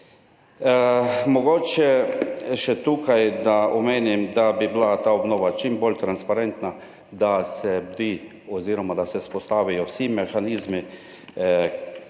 Mogoče še tukaj omenim, da bi bila ta obnova čim bolj transparentna, da se bdi oziroma da se vzpostavijo vsi mehanizmi,